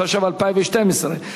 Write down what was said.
התשע"ב 2012,